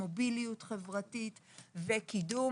מוביליות חברתית וקידום.